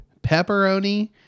pepperoni